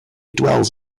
dwells